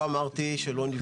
לא אמרתי שלא נבנה שם.